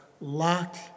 locked